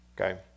Okay